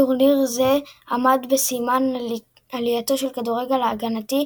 טורניר זה עמד בסימן עלייתו של הכדורגל ההגנתי,